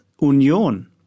Union